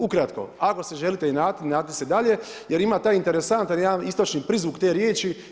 Ukratko, ako se želite inatiti inatite se dalje jer ima taj interesantan jedan istočni prizvuk te riječi.